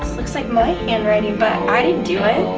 looks like my handwriting but i didn't do it.